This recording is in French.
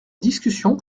discussion